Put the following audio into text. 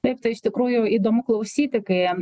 taip tai iš tikrųjų įdomu klausyti kai